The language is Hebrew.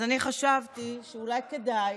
אז חשבתי שאולי כדאי